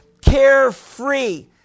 Carefree